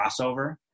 Crossover